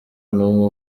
numwe